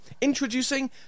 Introducing